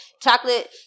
Chocolate